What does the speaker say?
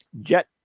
jet